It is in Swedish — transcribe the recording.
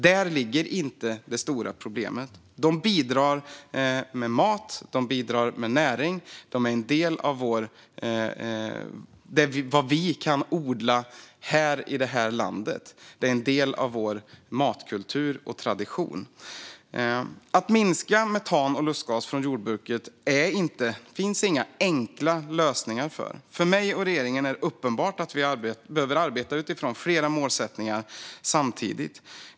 Där ligger inte det stora problemet. De bidrar med mat, de bidrar med näring och de är en del av vad vi kan odla här i landet. De är en del av vår matkultur och tradition. När det gäller att minska metan och lustgas från jordbruket finns det inga enkla lösningar. För mig och regeringen är det uppenbart att vi behöver arbeta utifrån flera målsättningar samtidigt.